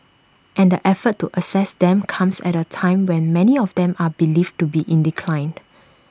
and the effort to assess them comes at A time when many of them are believed to be in decline